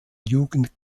jugend